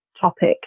topic